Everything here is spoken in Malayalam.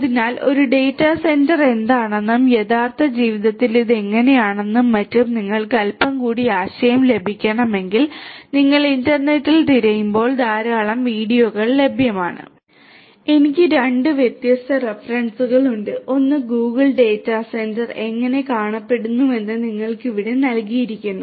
അതിനാൽ ഒരു ഡാറ്റാ സെന്റർ എന്താണെന്നും യഥാർത്ഥ ജീവിതത്തിൽ ഇത് എങ്ങനെയാണെന്നും മറ്റും നിങ്ങൾക്ക് അൽപ്പം കൂടി ആശയം ലഭിക്കണമെങ്കിൽ നിങ്ങൾ ഇന്റർനെറ്റിൽ തിരയുമ്പോൾ ധാരാളം വീഡിയോകൾ ലഭ്യമാണ് എനിക്ക് രണ്ട് വ്യത്യസ്ത റഫറൻസുകൾ ഉണ്ട് ഒരു ഗൂഗിൾ ഡാറ്റാ സെന്റർ എങ്ങനെ കാണപ്പെടുന്നുവെന്ന് നിങ്ങൾക്ക് ഇവിടെ നൽകിയിരിക്കുന്നു